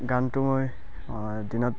গানটো মই দিনত